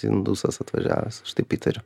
indusas atvažiavęs aš taip įtariu